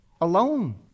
alone